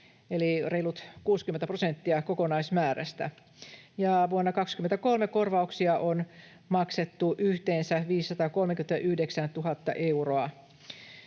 eli reilut 60 prosenttia kokonaismäärästä. Vuonna 23 korvauksia on maksettu yhteensä 539 000 euroa.